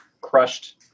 crushed